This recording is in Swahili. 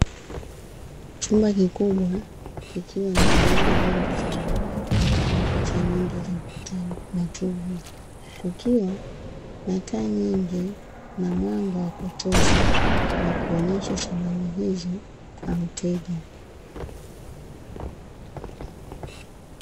Chumba kikubwa kikiwa na samani nyingi za nyumbani na picha nyingi za ukutani na tv, kukiwa na taa nyingi na mwanga wa kutosha wa kuonesha samani hizo kwa mteja.